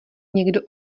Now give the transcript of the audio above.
někdo